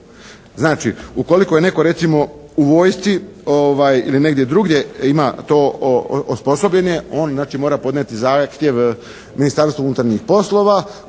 Znači, ukoliko je netko recimo u vojsci ili negdje drugdje ima to osposobljen je, znači on mora podnijeti zahtjev Ministarstvu unutarnjih poslova